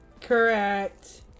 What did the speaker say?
Correct